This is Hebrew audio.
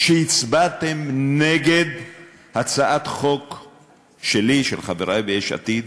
שהצבעתם נגד הצעת חוק שלי, של חברי ביש עתיד,